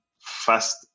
fast